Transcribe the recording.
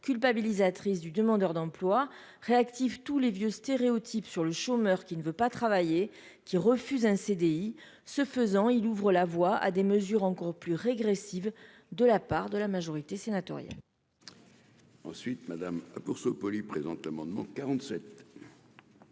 culpabiliser attriste du demandeur d'emploi réactif, tous les vieux stéréotypes sur le chômeur qui ne veut pas travailler qui refusent un CDI, ce faisant, il ouvre la voie à des mesures encore plus régressive de la part de la majorité sénatoriale.